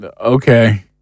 okay